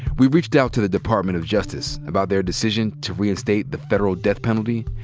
we've reached out to the department of justice about their decision to reinstate the federal death penalty,